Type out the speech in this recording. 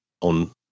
on